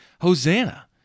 Hosanna